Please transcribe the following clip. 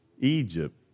Egypt